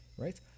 right